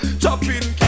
chopping